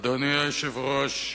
אדוני היושב-ראש,